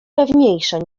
pewniejsze